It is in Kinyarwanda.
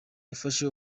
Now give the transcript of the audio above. yafashe